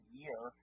year